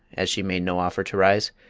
as she made no offer to rise,